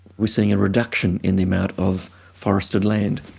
we're seeing a reduction in the amount of forested land.